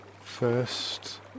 First